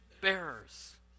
bearers